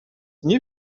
nie